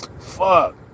Fuck